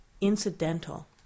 incidental